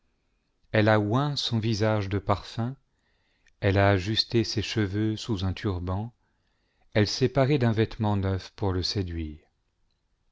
elle a oint son visage de parfums elle a ajusté ses cheveux sous un turban elle s'est parée d'un vêtement neuf pour le séduire